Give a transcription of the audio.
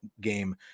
game